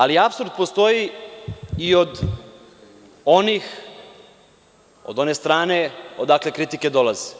Apsurd postoji i od onih, od one strane odakle kritike dolaze.